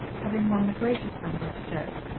having won the greatest number of setts,